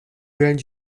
grand